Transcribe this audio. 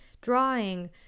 drawing